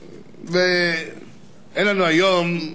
אין לנו היום,